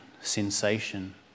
sensation